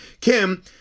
Kim